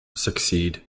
succeed